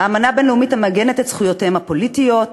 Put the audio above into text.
האמנה הבין-לאומית המעגנת את זכויותיהם הפוליטיות,